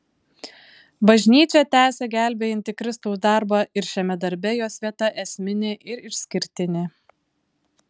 bažnyčią tęsia gelbėjantį kristaus darbą ir šiame darbe jos vieta esminė ir išskirtinė